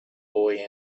boy